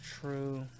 true